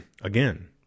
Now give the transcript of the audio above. again